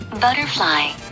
Butterfly